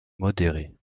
modérée